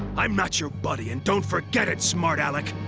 i'm not your buddy, and don't forget it, smart aleck.